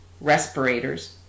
respirators